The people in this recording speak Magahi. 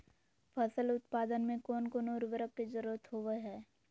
फसल उत्पादन में कोन कोन उर्वरक के जरुरत होवय हैय?